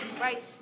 Right